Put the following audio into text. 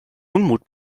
unmut